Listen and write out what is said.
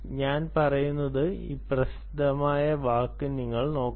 ഞാൻ പറയുന്ന ആ പ്രസിദ്ധമായ വാക്ക് നിങ്ങൾ നോക്കണം